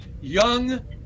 young